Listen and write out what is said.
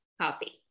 coffee